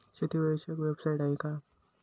शेतीविषयक वेबसाइट आहे का?